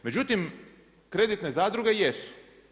Međutim, kreditne zadruge jesu.